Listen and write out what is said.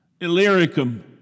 Illyricum